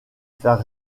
faire